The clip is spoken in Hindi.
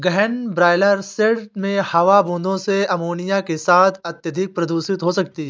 गहन ब्रॉयलर शेड में हवा बूंदों से अमोनिया के साथ अत्यधिक प्रदूषित हो सकती है